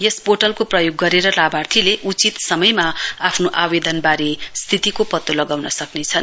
यस पोर्टलको प्रयोग गरेर लाभार्थीले उचित समयमा आफ्नो आवेदनको स्थितिबारे पत्तो लगाउन सक्रेछन्